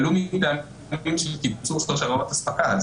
ולא רק בגלל קיצור שרשראות אספקה.